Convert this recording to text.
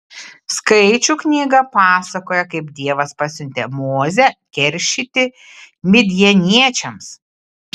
skaičių knyga pasakoja kaip dievas pasiuntė mozę keršyti midjaniečiams